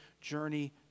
journey